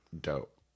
Dope